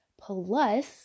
Plus